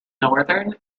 northern